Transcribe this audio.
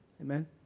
amen